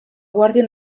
guàrdia